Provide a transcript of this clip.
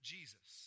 Jesus